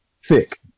sick